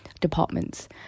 departments